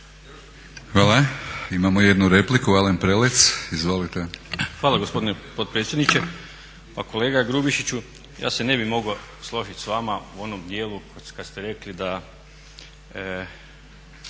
Hvala. Imamo jednu repliku, Alen Prelec. Izvolite. **Prelec, Alen (SDP)** Hvala gospodine potpredsjedniče. Pa kolega Grubišiću ja se ne bih mogao složiti s vama u onom dijelu kad ste rekli da